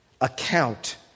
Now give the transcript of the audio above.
account